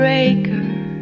Breaker